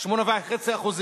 8.5%,